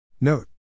Note